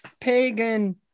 pagan